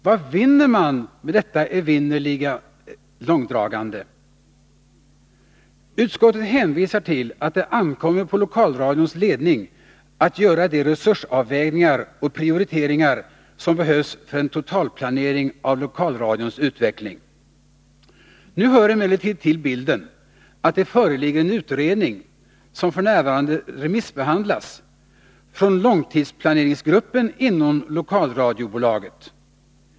Vad vinner man med detta evinnerliga långdragande? Utskottet hänvisar till att det ankommer på lokalradions ledning att göra de resursavvägningar och prioriteringar som behövs för en totalplanering av lokalradions utveckling. Nu hör emellertid till bilden att det föreligger en utredning, som f. n. remissbehandlas, från långtidsplaneringsgruppen inom lokalradiobolaget.